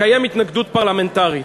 לקיים התנגדות פרלמנטרית.